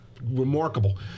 remarkable